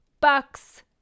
bucks